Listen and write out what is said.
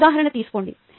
మరో ఉదాహరణ తీసుకోండి